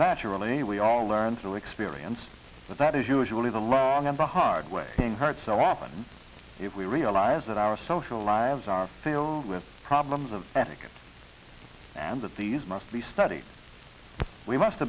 naturally we all learn through experience but that is usually the long and the hard way being heard so often if we realize that our social lives are filled with problems of etiquette and that these must be studied we must